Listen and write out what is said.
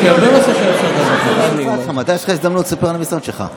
יש לי הרבה מה לספר על משרד הרווחה.